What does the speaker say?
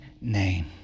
name